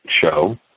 show